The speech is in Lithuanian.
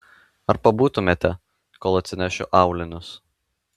ar pabūtumėte kol atsinešiu aulinius